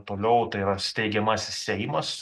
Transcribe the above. toliau tai yra steigiamasis seimas